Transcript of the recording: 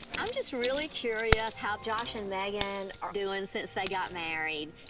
i'm just really curious how josh and meghan are doing since they got married.